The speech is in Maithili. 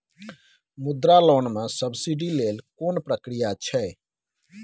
मुद्रा लोन म सब्सिडी लेल कोन प्रक्रिया छै?